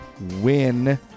win